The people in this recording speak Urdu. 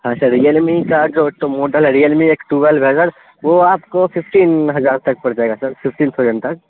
ہاں سر ریئلمی کا جو موڈل ہے ریئلمی ایکس ٹویلو ہے سر وہ آپ کو ففٹین ہزار تک پڑ جائے گا سر ففٹین تھاؤزینڈ تک